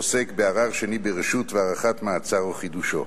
עוסקת בערר שני ברשות והארכת מעצר או חידושו.